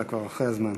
אתה כבר אחרי הזמן.